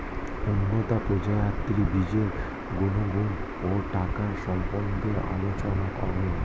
উন্নত প্রজাতির বীজের গুণাগুণ ও টাকার সম্বন্ধে আলোচনা করুন